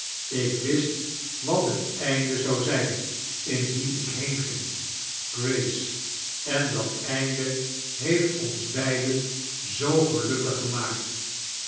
ik wist wat het eindie zou zijn indien ik heenging gtrace en dat einde beeft onis bedden zoo gel'ukkig gemaakt